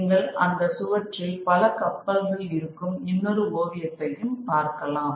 நீங்கள் அந்த சுவற்றில் பல கப்பல்கள் இருக்கும் இன்னொரு ஓவியத்தையும் பார்க்கலாம்